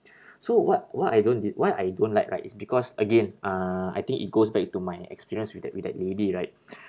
so what what I don't di~ why I don't like right is because again uh I think it goes back to my experience with that with that lady right